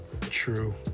True